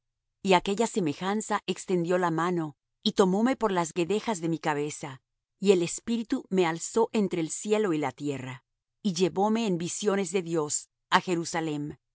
y aquella semejanza extendió la mano y tomóme por las guedejas de mi cabeza y el espíritu me alzó entre el cielo y la tierra y llevóme en visiones de dios á jerusalem